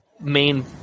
main